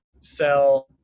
sell